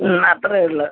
അത്രേയുള്ളൂ